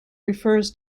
refers